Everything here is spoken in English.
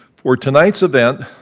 for tonight's event,